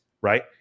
right